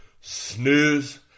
snooze